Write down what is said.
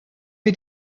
wie